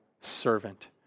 servant